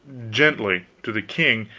gently, to the king,